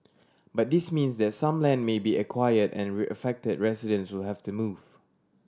but this means that some land may be acquired and affected residents will have to move